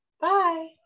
Bye